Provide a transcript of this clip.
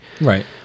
Right